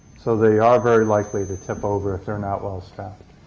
so they are very likely to tip over if they're not well-strapped.